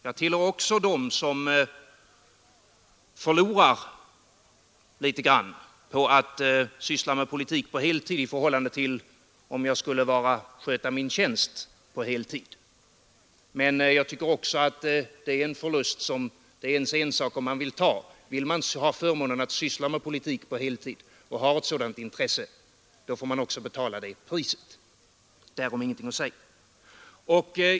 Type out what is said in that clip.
Jag tillhör också dem som förlorar litet grand på att syssla med politik på heltid i förhållande till om jag skulle sköta min tjänst på heltid, men jag tycker att det är ens ensak om man vill ta den förlusten. Vill man ha förmånen att syssla med politik på heltid och har ett sådant intresse, då får man också betala det priset. Därom är det ingenting att säga.